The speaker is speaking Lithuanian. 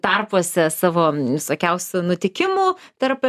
tarpuose savo visokiausių nutikimų tarp